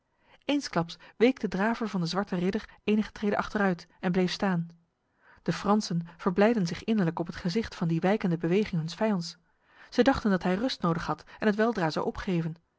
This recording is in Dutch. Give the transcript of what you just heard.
eensklaps week de draver van de zwarte ridder enige treden achteruit en bleef staan de fransen verblijdden zich innerlijk op het gezicht van die wijkende beweging huns vijands zij dachten dat hij rust nodig had en het weldra zou opgeven